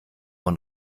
und